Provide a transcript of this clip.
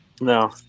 No